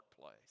place